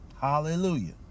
Hallelujah